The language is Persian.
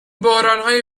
بحرانهای